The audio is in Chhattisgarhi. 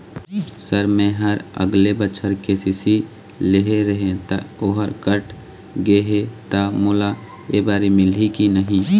सर मेहर अगले बछर के.सी.सी लेहे रहें ता ओहर कट गे हे ता मोला एबारी मिलही की नहीं?